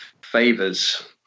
favors